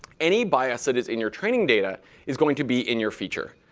any bias that is in your training data is going to be in your feature.